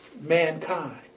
mankind